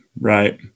right